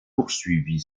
poursuivi